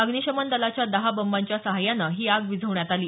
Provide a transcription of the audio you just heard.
अग्निशमन दलाच्या दहा बंबांच्या सहाय्यानं ही आग विझवण्यात आली